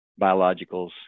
biologicals